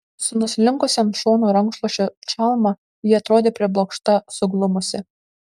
su nuslinkusia ant šono rankšluosčio čalma ji atrodė priblokšta suglumusi